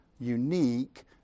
unique